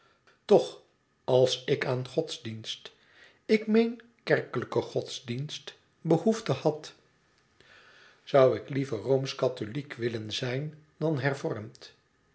toch als ik aan godsdienst ik meen kerkelijke godsdienst behoefte had zoû ik liever roomsch-katholiek willen zijn dan hervormd